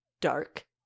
dark